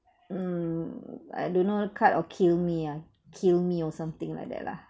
mm I don't know cut or kill me ah kill me or something like that lah